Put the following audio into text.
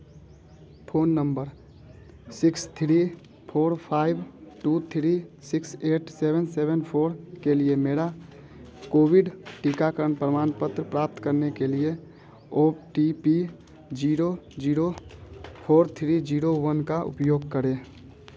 phone number six three four five two three six eight seven seven four के लिए मेरा Covid टीकाकरण प्रमाणपत्र प्राप्त करने के लिए O T P zero zero four three zero one का उपयोग करें